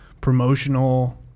promotional